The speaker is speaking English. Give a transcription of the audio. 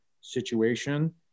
situation